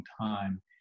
time